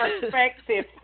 perspective